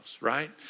right